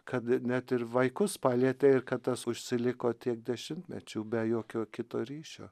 kad net ir vaikus palietė ir kad tas užsiliko tiek dešimtmečių be jokio kito ryšio